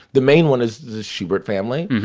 the main one is the shubert family.